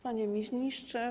Panie Ministrze!